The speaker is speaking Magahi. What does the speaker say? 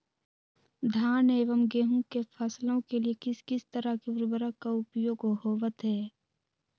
धान एवं गेहूं के फसलों के लिए किस किस तरह के उर्वरक का उपयोग होवत है?